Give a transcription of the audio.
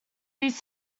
these